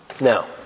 Now